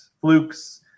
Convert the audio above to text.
flukes